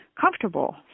comfortable